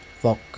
fuck